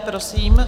Prosím.